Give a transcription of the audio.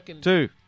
two